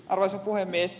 arvoisa puhemies